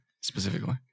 specifically